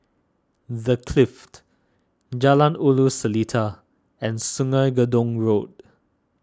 the Clift Jalan Ulu Seletar and Sungei Gedong Road